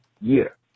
year